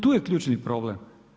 Tu je ključno problem.